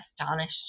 astonished